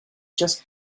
just